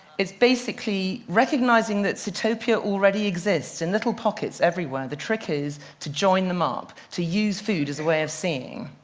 it's basically recognizing that sitopia already exists in little pockets everywhere. the trick is to join them um to use food as a way of seeing.